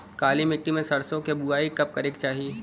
काली मिट्टी में सरसों के बुआई कब करे के चाही?